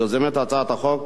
יוזמת הצעת החוק,